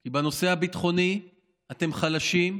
כי בנושא הביטחוני אתם חלשים,